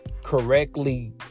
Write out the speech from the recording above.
correctly